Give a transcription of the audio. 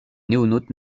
noénautes